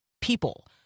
people